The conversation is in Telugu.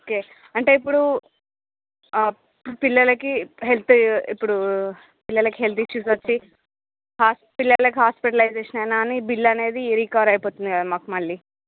ఓకే అంటే ఇప్పుడు పిల్లలకి హెల్త్ ఇప్పుడు పిల్లలకి హెల్త్ ఇష్యూస్ వచ్చి పిల్లలకి హాస్పిటలైజేషన్ అయినా కానీ బిల్ అనేది రికవర్ అయిపోతుంది కదా మాకు మళ్ళీ